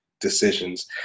decisions